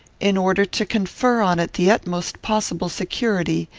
in order to confer on it the utmost possible security,